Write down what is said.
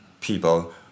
people